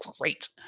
great